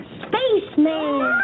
spaceman